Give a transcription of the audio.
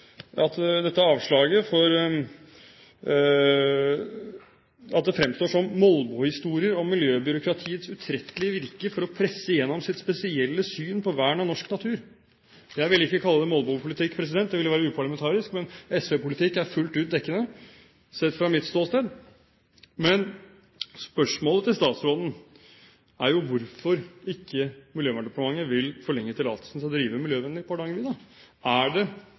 å presse gjennom sitt spesielle syn på vern av norsk natur». Jeg ville ikke kalle det molbopolitikk, det ville være uparlamentarisk, men SV-politikk er fullt ut dekkende, sett fra mitt ståsted. Spørsmålet til statsråden er jo hvorfor Miljøverndepartementet ikke vil forlenge tillatelsen til å drive miljøvennlig på Hardangervidda. Er det